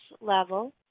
level